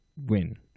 win